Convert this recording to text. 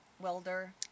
Welder